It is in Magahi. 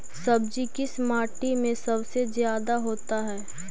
सब्जी किस माटी में सबसे ज्यादा होता है?